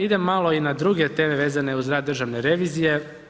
Idem malo i na druge teme vezane uz rad državne revizije.